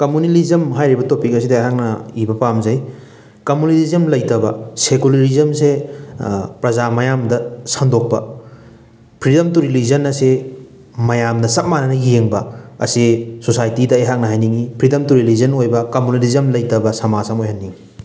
communalism ꯍꯥꯏꯔꯤꯕ topic ꯑꯁꯤꯗ ꯑꯩꯍꯥꯛꯅ ꯏꯕ ꯄꯥꯝꯖꯩ ꯀꯃꯨꯅꯦꯂꯤꯖꯝ ꯂꯩꯇꯕ ꯁꯦꯀꯨꯂꯔꯤꯖꯝꯁꯦ ꯄ꯭ꯔꯖꯥ ꯃꯌꯥꯝꯗ ꯁꯟꯗꯣꯛꯄ ꯐ꯭ꯔꯤꯗꯝ ꯇꯨ ꯔꯤꯂꯤꯖꯟ ꯑꯁꯤ ꯃꯌꯥꯝꯅ ꯆꯞ ꯃꯥꯟꯅꯅ ꯌꯦꯡꯕ ꯑꯁꯤ ꯁꯣꯁꯥꯏꯇꯤꯗ ꯑꯩꯍꯥꯛꯅ ꯍꯥꯏꯅꯤꯡꯉꯤ ꯐ꯭ꯔꯤꯗꯝ ꯇꯨ ꯔꯤꯂꯤꯖꯟ ꯑꯣꯏꯕ ꯀꯃꯨꯅꯦꯂꯤꯖꯝ ꯂꯩꯇꯕ ꯁꯃꯥꯖ ꯑꯃ ꯑꯣꯏꯍꯟꯅꯤꯡꯉꯤ